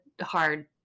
hard